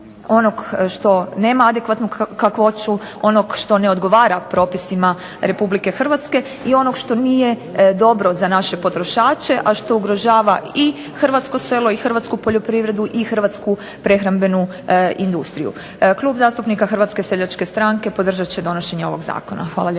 onog što nema adekvatnu kakvoću, onog što ne odgovara propisima Republike Hrvatske i onog što nije dobro za naše potrošače, a što ugrožava i hrvatsko selo i hrvatsku poljoprivredu i hrvatsku prehrambenu industriju. Klub zastupnika Hrvatske seljačke stranke podržat će donošenje ovog zakona. Hvala lijepo.